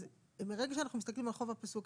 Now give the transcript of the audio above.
מרגע שאנחנו מסתכלים על החוב הפסוק,